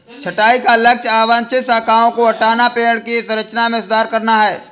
छंटाई का लक्ष्य अवांछित शाखाओं को हटाना, पेड़ की संरचना में सुधार करना है